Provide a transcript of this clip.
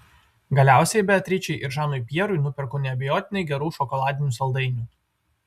galiausiai beatričei ir žanui pjerui nuperku neabejotinai gerų šokoladinių saldainių